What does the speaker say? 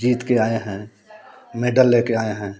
जीत के आए हैं मेडल लेके आए हैं